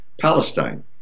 Palestine